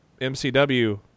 mcw